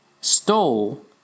stole